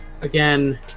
again